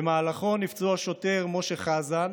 שבמהלכו נפצעו השוטר משה חזן,